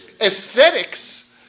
aesthetics